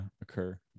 occur